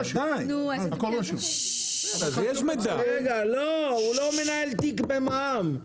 הוא לא מנהל תיק במע"מ,